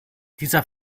dieser